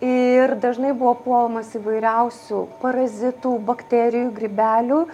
ir dažnai buvo puolamas įvairiausių parazitų bakterijų grybelių